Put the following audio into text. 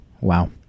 Wow